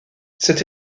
cette